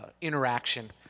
interaction